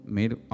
Made